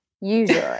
Usually